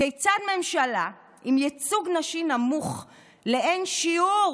כיצד ממשלה עם ייצוג נשים נמוך לאין שיעור